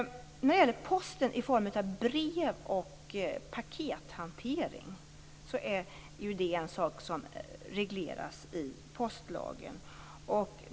Postens brev och pakethantering regleras i postlagen.